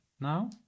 now